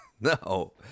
No